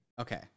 Okay